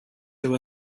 there